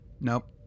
nope